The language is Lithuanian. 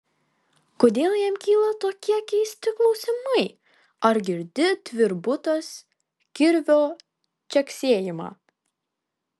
kodėl jam kyla tokie keisti klausimai ar girdi tvirbutas kirvio čeksėjimą